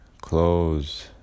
close